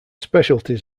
specialties